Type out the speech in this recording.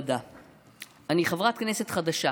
אני חברת כנסת חדשה.